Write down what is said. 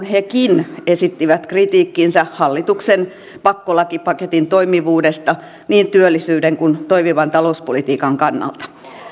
hekin esittivät kritiikkinsä hallituksen pakkolakipaketin toimivuudesta niin työllisyyden kuin toimivan talouspolitiikan kannalta